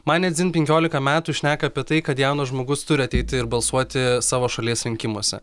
man ne dzin penkiolika metų šneka apie tai kad jaunas žmogus turi ateiti ir balsuoti savo šalies rinkimuose